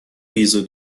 ریز